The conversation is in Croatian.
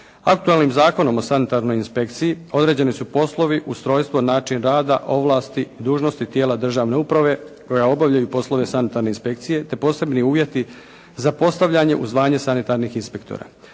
Aktualnim Zakonom o sanitarnoj inspekciji određeni su poslovi, ustrojstvo, način rada, ovlasti, dužnosti tijela državne uprave koja obavljaju i poslove sanitarne inspekcije te posebni uvjeti za postavljanje u zvanje sanitarnih inspektora.